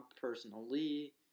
personally